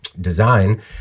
design